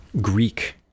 Greek